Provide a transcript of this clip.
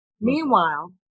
Meanwhile